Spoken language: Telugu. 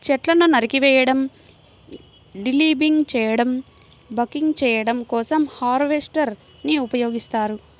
చెట్లను నరికివేయడం, డీలింబింగ్ చేయడం, బకింగ్ చేయడం కోసం హార్వెస్టర్ ని ఉపయోగిస్తారు